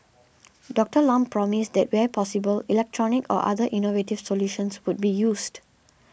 Doctor Lam promised that where possible electronic or other innovative solutions would be used